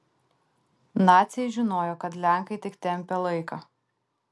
naciai žinojo kad lenkai tik tempia laiką